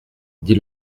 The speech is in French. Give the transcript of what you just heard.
dis